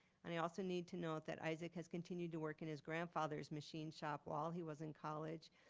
and you also need to know that isaac has continued to work in his grandfather's machine shop while he was in college,